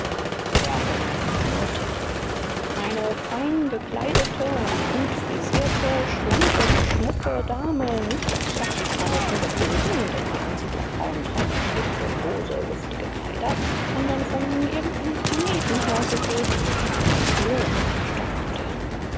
der hund knurrte eine fein gekleidete und gut frisierte schlanke und schmucke dame nicht aus afrikanischen gefilden denn die ansiedlerfrauen tragen schlichte lose luftige kleider sondern von irgendeinem planeten hergeweht stand in der tür und stockte